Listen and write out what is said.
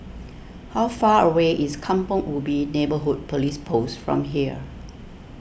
how far away is Kampong Ubi Neighbourhood Police Post from here